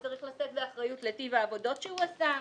הוא צריך לשאת באחריות לטיב העבודות שהוא עשה.